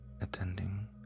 attending